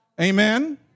Amen